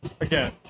again